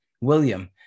William